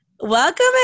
Welcome